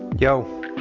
Yo